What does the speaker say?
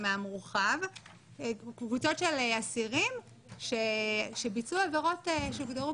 קבוצות של אסירים שביצעו עבירות שהוגדרו